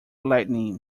lighting